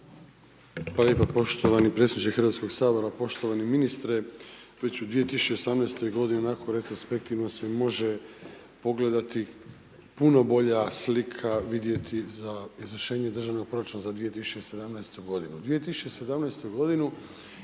lijepo poštovani predsjedniče Hrvatskog sabora, poštovani ministre, već u 2018. godine onako retrospektivno se može pogledati puno bolja slika vidjeti za izvršenje Državnog proračuna za 2017. godinu.